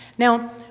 Now